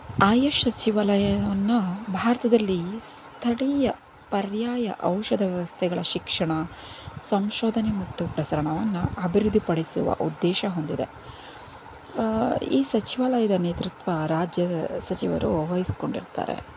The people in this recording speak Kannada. ಆಯುಷ್ ಸಚಿವಾಲಯವನ್ನು ಭಾರತದಲ್ಲಿ ಸ್ಥಳೀಯ ಪರ್ಯಾಯ ಔಷಧ ವ್ಯವಸ್ಥೆಗಳ ಶಿಕ್ಷಣ ಸಂಶೋಧನೆ ಮತ್ತು ಪ್ರಸರಣವನ್ನ ಅಭಿವೃದ್ಧಿಪಡಿಸುವ ಉದ್ದೇಶ ಹೊಂದಿದೆ ಈ ಸಚಿವಾಲಯದ ನೇತೃತ್ವ ರಾಜ್ಯ ಸಚಿವರು ವಹಿಸ್ಕೊಂಡಿರ್ತಾರೆ